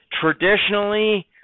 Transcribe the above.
Traditionally